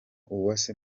uwase